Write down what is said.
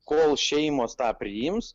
kol šeimos tą priims